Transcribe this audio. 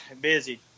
Busy